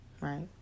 right